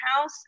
house